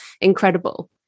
incredible